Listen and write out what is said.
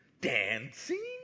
Dancing